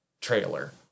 trailer